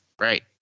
Right